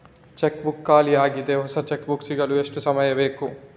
Check book ಖಾಲಿ ಯಾಗಿದೆ, ಹೊಸ ಚೆಕ್ ಬುಕ್ ಸಿಗಲು ಎಷ್ಟು ಸಮಯ ಬೇಕು?